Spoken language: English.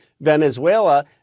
Venezuela